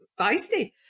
feisty